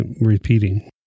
repeating